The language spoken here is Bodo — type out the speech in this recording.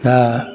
दा